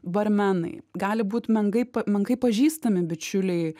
barmenai gali būt menkai menkai pažįstami bičiuliai